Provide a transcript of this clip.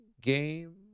game